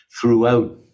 throughout